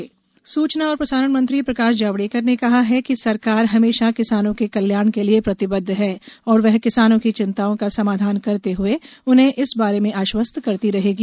ज्ञावड़ेकर किसान सूचना और प्रसारण मंत्री प्रकाश जावड़ेकर ने कहा है कि सरकार हमेशा किसानों के कल्याण के लिए प्रतिबद्व है और वह किसानों की चिंताओं का समाधान करते हुए उन्हें इस बारे में आश्वास्त करती रहेगी